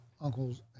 uncles